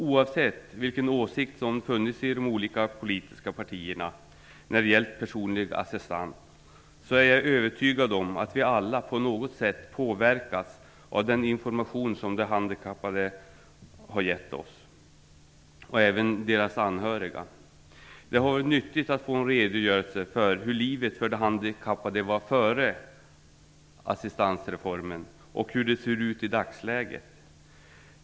Oavsett vilken åsikt som funnits i de olika politiska partierna när det gällt personlig assistans är jag övertygad om att vi alla på något sätt påverkats av den information som de handikappade och deras anhöriga har gett oss. Det har varit nyttigt att få en redogörelse för hur livet för de handikappade var före assistansreformen och hur det ser ut i dagsläget.